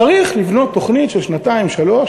צריך לבנות תוכנית של שנתיים-שלוש,